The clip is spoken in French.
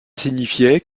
signifiait